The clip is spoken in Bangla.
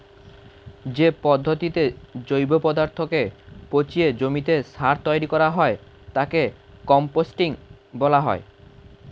যে পদ্ধতিতে জৈব পদার্থকে পচিয়ে জমিতে সার তৈরি করা হয় তাকে কম্পোস্টিং বলা হয়